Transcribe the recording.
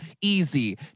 Easy